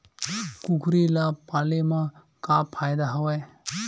कुकरी ल पाले म का फ़ायदा हवय?